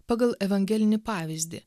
pagal evangelinį pavyzdį